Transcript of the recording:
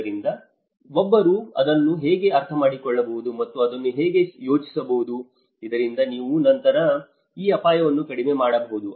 ಆದ್ದರಿಂದ ಒಬ್ಬರು ಇದನ್ನು ಹೇಗೆ ಅರ್ಥಮಾಡಿಕೊಳ್ಳಬಹುದು ಮತ್ತು ಅದನ್ನು ಹೇಗೆ ಯೋಜಿಸಬಹುದು ಇದರಿಂದ ನೀವು ನಂತರ ಈ ಅಪಾಯಗಳನ್ನು ಕಡಿಮೆ ಮಾಡಬಹುದು